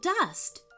dust